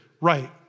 right